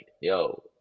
yo